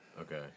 Okay